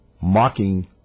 mocking